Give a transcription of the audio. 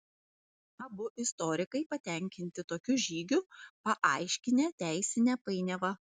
abu istorikai patenkinti tokiu žygiu paaiškinę teisinę painiavą